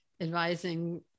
advising